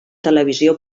televisió